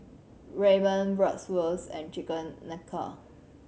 Ramen Bratwurst and Chicken Tikka